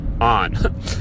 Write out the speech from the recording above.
on